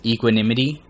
Equanimity